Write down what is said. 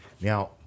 Now